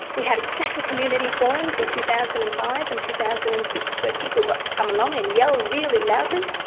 we had a stack of community forums in two thousand and five and two thousand and six where people got to come along and yell really loudly,